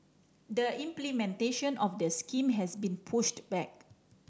the implementation of the scheme has been pushed back